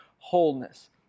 wholeness